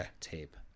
tape